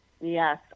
Yes